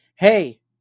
Hey